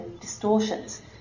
distortions